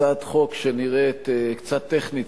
הצעת חוק שנראית קצת טכנית,